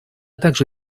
также